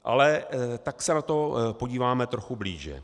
Ale tak se na to podíváme trochu blíže.